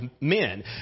men